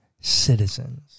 citizens